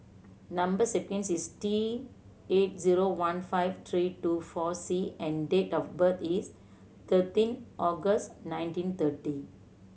number sequence is T eight zero one five three two four C and date of birth is thirteen August nineteen thirty